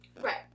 Right